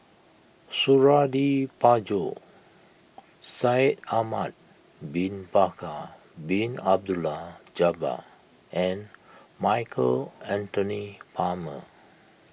Suradi Parjo Shaikh Ahmad Bin Bakar Bin Abdullah Jabbar and Michael Anthony Palmer